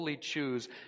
choose